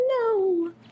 no